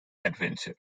adventure